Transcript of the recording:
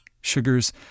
Sugars